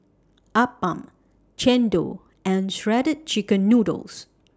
Appam Chendol and Shredded Chicken Noodles